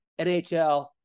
NHL